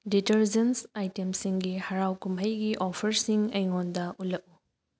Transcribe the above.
detergents ꯑꯥꯏꯇꯦꯝꯁꯤꯒꯤ ꯍꯔꯥꯎ ꯀꯨꯝꯍꯩꯒꯤ ꯑꯣꯐꯔꯁꯤꯡ ꯑꯩꯉꯣꯟꯗ ꯎꯠꯂꯛꯎ